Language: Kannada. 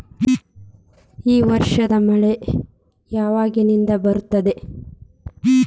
ಈ ವರ್ಷ ಮಳಿ ಯಾವಾಗಿನಿಂದ ಬರುತ್ತದೆ?